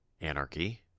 Anarchy